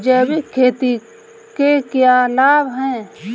जैविक खेती के क्या लाभ हैं?